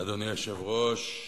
אדוני היושב-ראש,